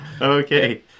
Okay